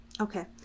Okay